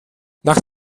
nach